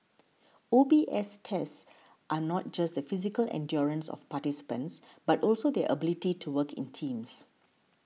O B S tests not just the physical endurance of participants but also their ability to work in teams